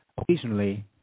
occasionally